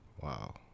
Wow